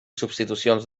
substitucions